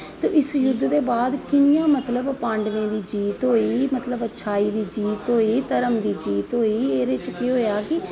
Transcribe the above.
ते इस युद्ध दे बाद के मतलब पाडवें दी जीत होई मतलब अछाई दी जीत होई ते धर्म दी जीत होई एहदे च केह् होआ कि